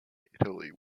italy